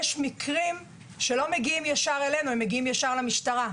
יש מקרים שלא מגיעים ישר אלינו, אלא ישר למשטרה.